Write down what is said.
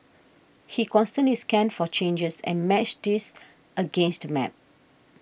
he constantly scanned for changes and matched these against map